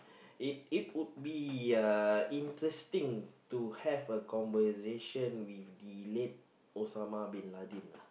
it it would be interesting to have a conversation with the late Osama-Bin-Laden